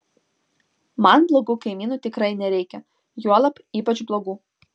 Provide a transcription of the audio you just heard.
man blogų kaimynų tikrai nereikia juolab ypač blogų